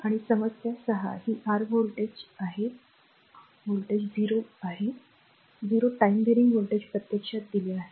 आणि समस्या 6 ही आर व्होल्टेज आहे R 0 voltage 0 time varying voltage प्रत्यक्षात दिला आहे